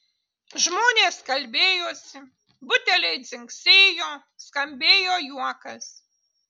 žmonės kalbėjosi buteliai dzingsėjo skambėjo juokas